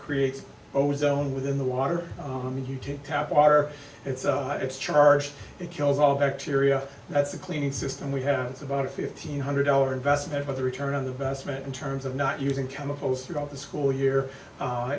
create ozone within the water i mean you take tap water it's a charge it kills all bacteria that's a cleaning system we have it's about fifteen hundred dollar investment for the return of the best man in terms of not using chemicals throughout the school year